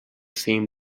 same